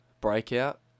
Breakout